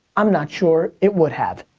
i'm not sure it would have.